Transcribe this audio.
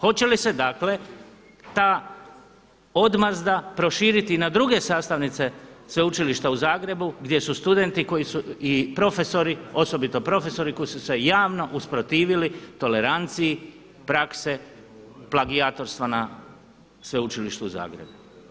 Hoće li se dakle ta odmazda proširiti i na druge sastavnice Sveučilišta u Zagrebu gdje su studenti koji su i profesori osobito profesori koji su se javno usprotivili toleranciji prakse plagijatorstva na Sveučilištu u Zagrebu.